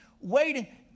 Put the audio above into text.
waiting